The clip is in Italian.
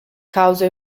causa